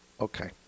Okay